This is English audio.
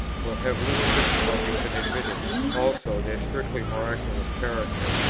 will have little difficulty in admitting also their strictly miraculous character,